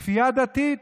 זאת כפייה דתית.